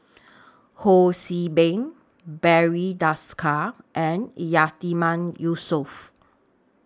Ho See Beng Barry Desker and Yatiman Yusof